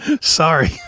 Sorry